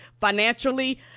financially